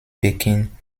peking